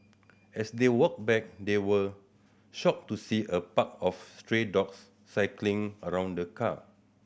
as they walked back they were shocked to see a pack of stray dogs circling around the car